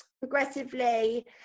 progressively